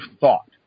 thought